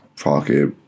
pocket